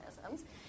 mechanisms